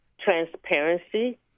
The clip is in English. transparency